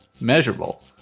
Measurable